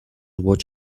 watch